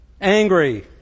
angry